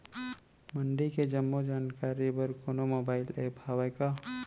मंडी के जम्मो जानकारी बर कोनो मोबाइल ऐप्प हवय का?